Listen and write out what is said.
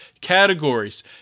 categories